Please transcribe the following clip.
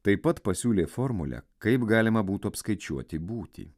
taip pat pasiūlė formulę kaip galima būtų apskaičiuoti būtį